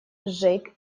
джейк